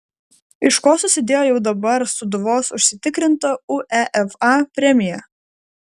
iš ko susidėjo jau dabar sūduvos užsitikrinta uefa premija